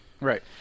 Right